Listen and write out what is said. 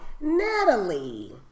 Natalie